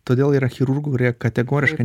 todėl yra chirurgų kurie kategoriškai